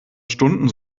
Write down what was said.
stunden